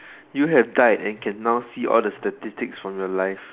you have died and can now see all the statistics from your life